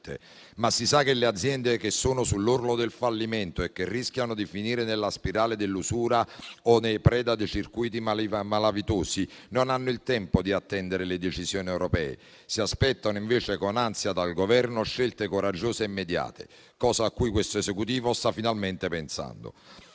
Ma si sa che le aziende che sono sull'orlo del fallimento e rischiano di finire nella spirale dell'usura o di diventare preda dei circuiti malavitosi non hanno il tempo di attendere le decisioni europee. Si aspettano invece con ansia dal Governo scelte coraggiose e immediate, cosa a cui questo Esecutivo sta finalmente pensando.